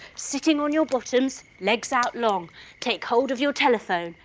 sitting on your bottoms, legs out long take hold of your telephone,